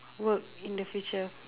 work in the future